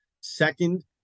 Second